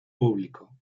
público